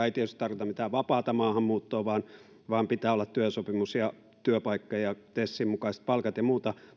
ei tietysti tarkoita mitään vapaata maahanmuuttoa vaan vaan pitää olla työsopimus ja työpaikka ja tesin mukaiset palkat ja muuta